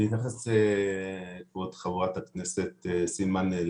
כבוד חברת הכנסת סילמן,